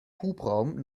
hubraum